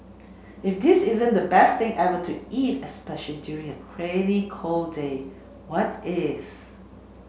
if this isn't the best thing ever to eat especially during a rainy cold day what is